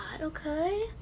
okay